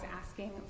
asking